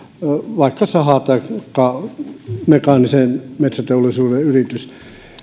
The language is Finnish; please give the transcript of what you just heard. vaikka saha taikka mekaanisen metsäteollisuuden yritys